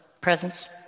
presence